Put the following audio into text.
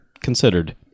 Considered